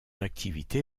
activité